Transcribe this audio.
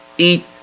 eat